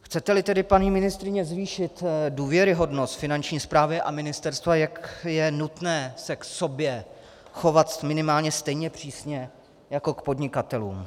Chceteli tedy, paní ministryně, zvýšit důvěryhodnost Finanční správy a ministerstva, tak je nutné se k sobě chovat minimálně stejně přísně jako k podnikatelům.